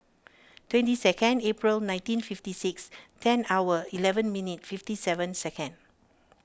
twenty second April nineteen fifty six ten hour eleven minute fifty seven second